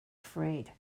afraid